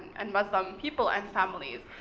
and muslim people, and families.